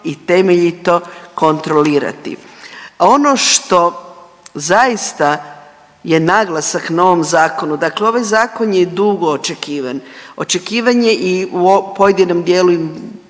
i temeljito kontrolirati. Ono što zaista je naglasak na ovom zakonu, dakle ovaj zakon je dugo očekivan, očekivan je i u pojedinom dijelu,